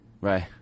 right